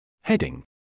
Heading